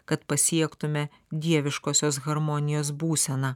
kad pasiektume dieviškosios harmonijos būseną